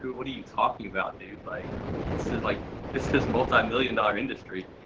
what are you talking about, dude? like this is like this is multi million dollar industry.